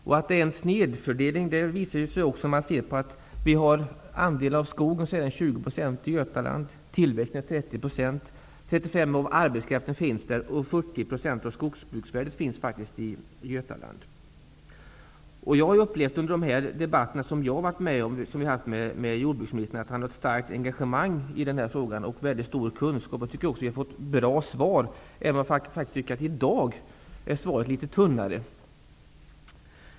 Att det handlar om snedfördelning framgår av att andelen skog i Götaland är 20 %, tillväxten är Under de debatter som jag har varit med om tillsammans med jordbruksministern har jag uppfattat att hans engagemang i den här frågan är starkt. Jordbruksministern besitter också stor kunskap, och svaren som vi fått har varit bra, även om svaret i dag är något tunnare.